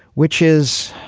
which is,